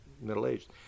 middle-aged